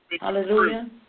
Hallelujah